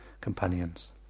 companions